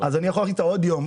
אז אני יכול להחזיק איתה עוד יום,